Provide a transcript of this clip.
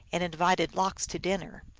and invited lox to dinner.